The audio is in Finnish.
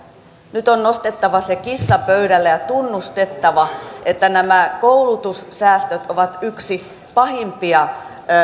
nyt on nostettava se kissa pöydälle ja tunnustettava että nämä koulutussäästöt ovat yksi pahimpia